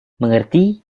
mengerti